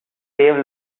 save